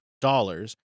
dollars